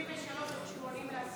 73 80, להסיר.